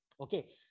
okay